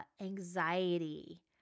anxiety